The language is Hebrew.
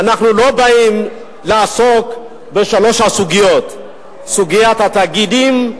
אנחנו לא באים לעסוק בשלוש הסוגיות: סוגיית התאגידים,